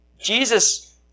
Jesus